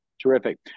Terrific